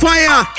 Fire